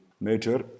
major